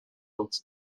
uns